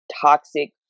toxic